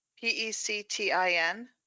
p-e-c-t-i-n